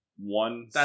One